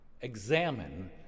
examine